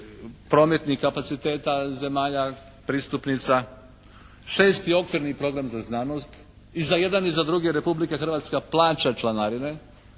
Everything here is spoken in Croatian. prometnih kapaciteta zemalja pristupnica. Šesti okvirni program za znanost. I za jedan i za drugi Republika Hrvatska plaća članarine.